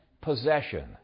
possession